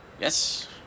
Yes